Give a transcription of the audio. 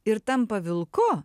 ir tampa vilku